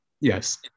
Yes